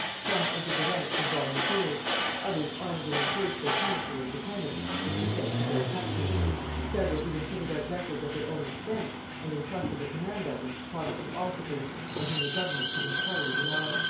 some entered the ranks as volunteers others armed and encouraged their tenantry and dependants for the defence of their country several even fitted out vessels at their own expense, and intrusted the command of them to protestant officers on whom the government could entirely rely.